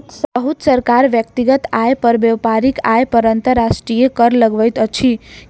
बहुत सरकार व्यक्तिगत आय आ व्यापारिक आय पर अंतर्राष्ट्रीय कर लगबैत अछि